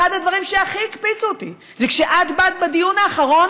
שאחד הדברים שהכי הקפיצו אותי זה כשאת באת בדיון האחרון